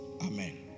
Amen